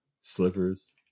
slippers